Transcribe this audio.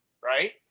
right